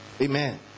Amen